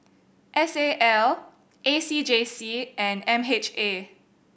S A L A C J C and M H A